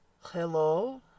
Hello